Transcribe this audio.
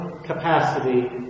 capacity